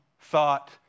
thought